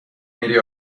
میری